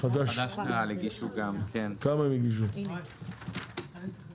חד"ש-תע"ל הגישו גם ארבע הסתייגויות.